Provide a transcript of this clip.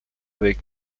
avec